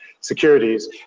Securities